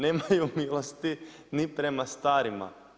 Nemaju milosti ni prema starima.